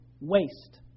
waste